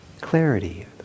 clarity